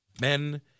men